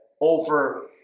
over